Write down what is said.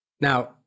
Now